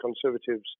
Conservatives